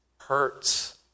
hurts